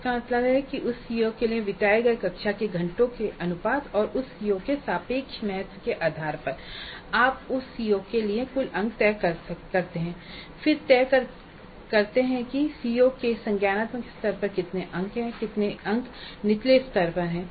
इसका मतलब है कि उस सीओ के लिए बिताए गए कक्षा के घंटों के अनुपात और उस सीओ के सापेक्ष महत्व के आधार पर आप उस सीओ के लिए कुल अंक तय करते हैं और फिर तय करते हैं कि सीओ के संज्ञानात्मक स्तर पर कितने अंक हैं और कितने अंक निचले स्तरों पर हैं